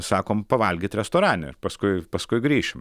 sakom pavalgyt restorane paskui paskui grįšim